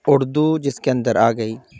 اردو جس کے اندر آ گئی